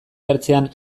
jartzean